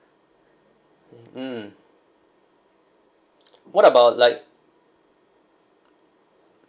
mm what about like